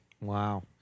Wow